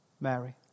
Mary